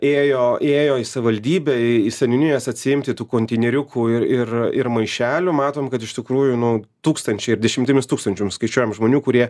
ėjo ėjo į savivaldybę į seniūnijas atsiimti tų konteineriukų ir ir maišelių matom kad iš tikrųjų nu tūkstančiai ir dešimtimis tūkstančių skaičiuojam žmonių kurie